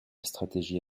stratégie